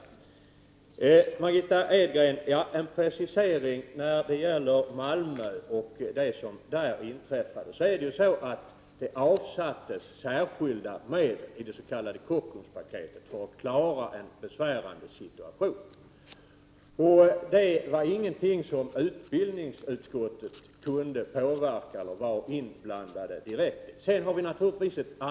Till Margitta Edgren vill jag säga när det gäller Malmö och det som där inträffat att det avsattes särskilda medel i det s.k. Kockumspaketet för att klara en besvärande situation. Det var ingenting som utbildningsutskottet kunde påverka eller var direkt inblandat i.